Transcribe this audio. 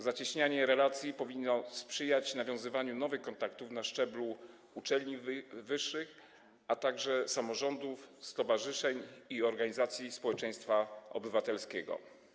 Zacieśnianie relacji powinno sprzyjać nawiązywaniu nowych kontaktów na szczeblu uczelni wyższych, a także samorządów, stowarzyszeń i organizacji społeczeństwa obywatelskiego.